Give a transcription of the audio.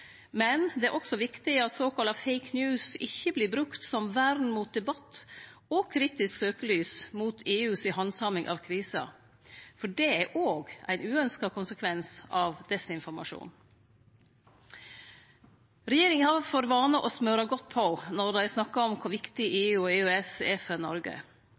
Men det er også viktig at såkalla «fake news» ikkje vert brukt som vern mot debatt og eit kritisk søkjelys på EUs handsaming av krisa, for det er òg ein uynskt konsekvens av desinformasjon. Regjeringa har for vane å smørje godt på når dei snakkar om kor viktig EU og EØS er for Noreg.